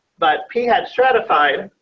but he had stratified